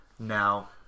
Now